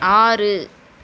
ஆறு